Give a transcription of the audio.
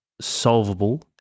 solvable